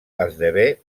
esdevé